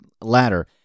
ladder